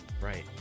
right